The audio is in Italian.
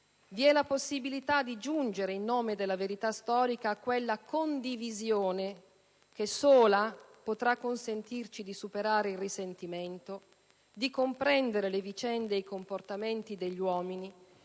Vi è la possibilità di giungere in nome della verità storica a quella condivisione che sola potrà consentirci di superare il risentimento, di comprendere le vicende ed i comportamenti degli uomini,